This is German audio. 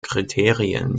kriterien